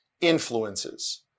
influences